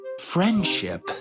friendship